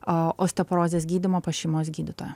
osteoporozės gydymo pas šeimos gydytoją